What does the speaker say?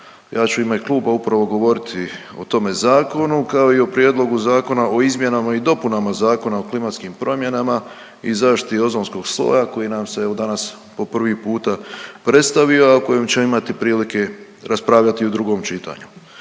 Ja ću u ime kluba upravo govoriti o tome zakonu, kao i o Prijedlogu zakona o izmjenama i dopunama Zakona o klimatskim promjenama i zaštiti ozonskog sloja koji nam se evo danas po prvi puta predstavio, a o kojem ćemo imati prilike raspravljati u drugom čitanju.